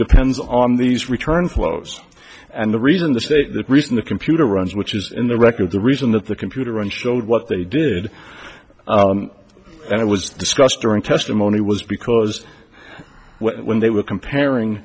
depends on these return flows and the reason the state the reason the computer runs which is in the record the reason that the computer and showed what they did and it was discussed during testimony was because when they were comparing